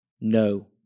no